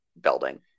building